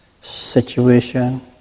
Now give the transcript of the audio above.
situation